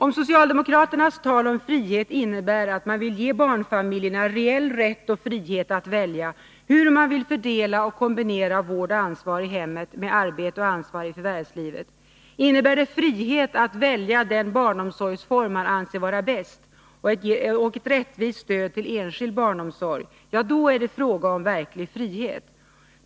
Om socialdemokraternas tal om frihet innebär att man vill ge barnfamiljerna reell rätt och frihet att välja hur man vill fördela och kombinera vård och ansvar i hemmet med arbete och ansvar i förvärvslivet, om det innebär frihet att välja den barnomsorgsform man anser vara bäst och ett rättvist stöd till enskild barnomsorg, ja, då är det fråga om verklig frihet.